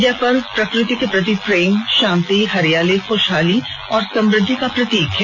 यह पर्व प्रकृति के प्रति प्रेम शांति हरियाली खुशहाली और समृद्दि का प्रतीक है